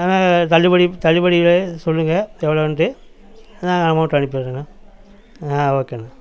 ஆனால் தள்ளுபடி தள்ளுபடி சொல்லுங்க எவ்ளோண்டு நான் அமௌண்ட்டு அனுப்பிறேங்க ஆ ஓகேண்ணா